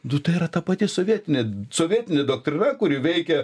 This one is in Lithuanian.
nu tai yra ta pati sovietinė sovietinė doktrina kuri veikia